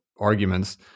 arguments